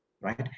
right